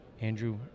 Andrew